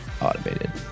automated